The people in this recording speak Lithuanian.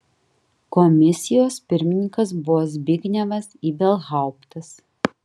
komisijos pirmininkas buvo zbignevas ibelhauptas